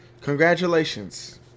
Congratulations